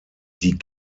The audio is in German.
die